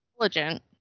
intelligent